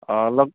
অ' অলপ